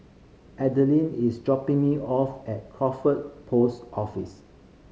Adeline is dropping me off at Crawford Post Office